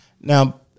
Now